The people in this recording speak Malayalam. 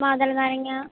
മാതളനാരങ്ങ